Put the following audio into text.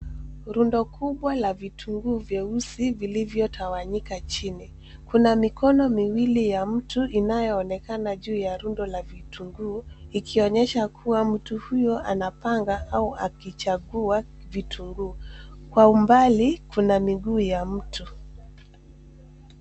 Rundo kubwa la vitunguu vyeusi vilivyotawanyika chini. Kuna mikono miwili ya mtu inayoonekana juu ya rundo la vitunguu, ikionyesha kuwa mtu huyo anapanga au akichagua vitunguu. Kwa umbali kuna miguu ya mtu.